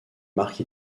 marque